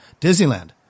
Disneyland